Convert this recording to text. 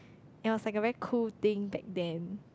it was like a really cool thing back then